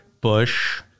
Bush